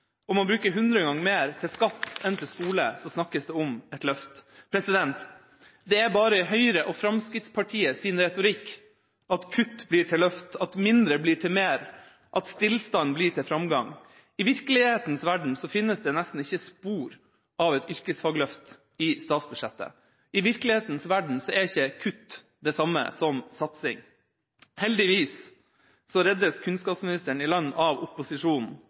om et yrkesfagløft. I det samme budsjett der den store satsinga er skattekutt og man bruker hundre ganger mer på skattekutt enn til skole, snakkes det om et løft. Det er bare i Høyre og Fremskrittspartiets retorikk at kutt blir til løft, at mindre blir til mer, at stillstand blir til framgang. I virkelighetens verden fins det nesten ikke spor av et yrkesfagløft i statsbudsjettet. I virkelighetens verden er ikke kutt det samme som satsing. Heldigvis reddes kunnskapsministeren i land av